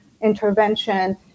intervention